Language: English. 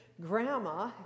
grandma